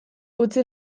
utzi